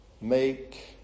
Make